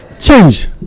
change